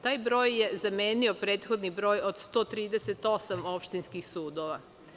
Taj broj je zamenio prethodni broj od 138 opštinskih sudova.